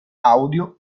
audio